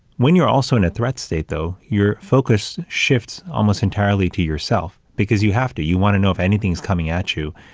when you're also in a threat state, though, your focus shifts almost entirely to yourself, because you have to, you want to know if anything's coming at you.